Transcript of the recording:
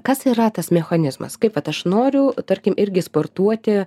kas yra tas mechanizmas kaip kad aš noriu tarkim irgi sportuoti